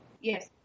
Yes